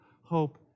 hope